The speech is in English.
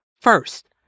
First